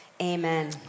amen